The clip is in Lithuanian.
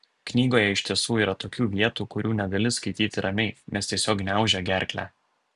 knygoje iš tiesų yra tokių vietų kurių negali skaityti ramiai nes tiesiog gniaužia gerklę